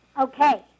Okay